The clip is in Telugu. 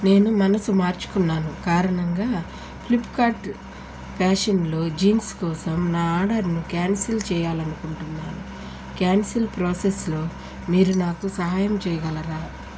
నేను మనసు మార్చుకున్నాను కారణంగా ఫ్లిప్కార్ట్ ఫ్యాషన్లో జీన్స్ కోసం నా ఆర్డర్ను క్యాన్సిల్ చేయాలని అనుకుంటున్నాను క్యాన్సిల్ ప్రాసెస్లో మీరు నాకు సహాయం చేయగలరా